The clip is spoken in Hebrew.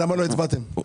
אל"ף,